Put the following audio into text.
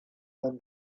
than